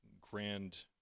grand